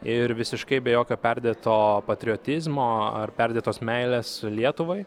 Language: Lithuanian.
ir visiškai be jokio perdėto patriotizmo ar perdėtos meilės lietuvai